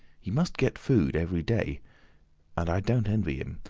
he must get food every day and i don't envy him.